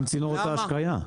גם צינורות ההשקיה.